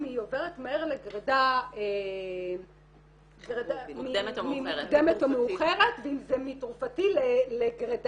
היא עוברת מהר לגרידה מוקדמת או מאוחר ואם זה מתרופתי לגרידה.